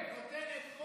הצעת חוק שנותנת כוח,